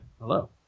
Hello